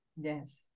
Yes